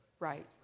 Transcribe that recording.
Right